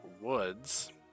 woods